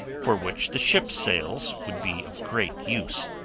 for which the ship's sails would be of great use.